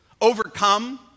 overcome